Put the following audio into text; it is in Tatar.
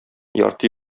ярты